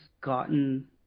gotten